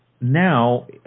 now